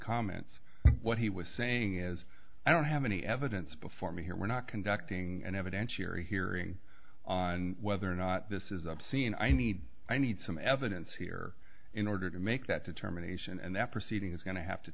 comments what he was saying is i don't have any evidence before me here we're not conducting an evidentiary hearing on whether or not this is obscene i need i need some evidence here in order to make that determination and that proceeding is going to have to